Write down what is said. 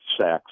Sex